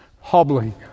Hobbling